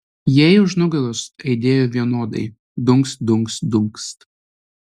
jai už nugaros aidėjo vienodai dunkst dunkst dunkst